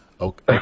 Okay